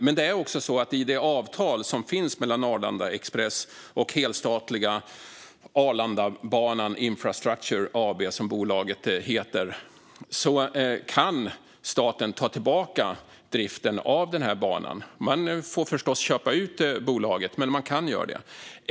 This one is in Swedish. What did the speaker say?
Men det är också så att staten enligt det avtal som finns mellan Arlanda Express och helstatliga Arlandabanan Infrastructure AB, som bolaget heter, kan ta tillbaka driften av banan. Man får förstås köpa ut bolaget, men man kan göra det.